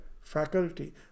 faculty